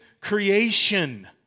creation